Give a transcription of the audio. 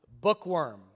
bookworm